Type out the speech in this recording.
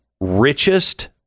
richest